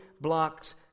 blocks